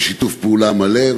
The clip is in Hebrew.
ובשיתוף פעולה מלא,